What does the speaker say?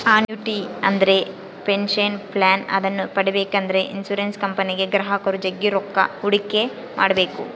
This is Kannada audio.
ಅನ್ಯೂಟಿ ಅಂದ್ರೆ ಪೆನಷನ್ ಪ್ಲಾನ್ ಇದನ್ನ ಪಡೆಬೇಕೆಂದ್ರ ಇನ್ಶುರೆನ್ಸ್ ಕಂಪನಿಗೆ ಗ್ರಾಹಕರು ಜಗ್ಗಿ ರೊಕ್ಕ ಹೂಡಿಕೆ ಮಾಡ್ಬೇಕು